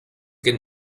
can